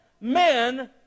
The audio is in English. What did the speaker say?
Men